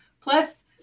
Plus